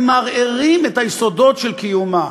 הם מערערים את יסודות קיומה.